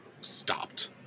stopped